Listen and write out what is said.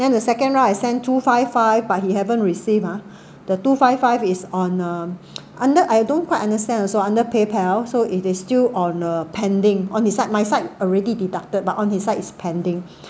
then the second round I send two five five but he haven't received ah the two five five is on um under I don't quite understand also under paypal so it is still on a pending on his side my side already deducted but on his side is pending